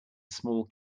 small